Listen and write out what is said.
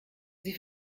sie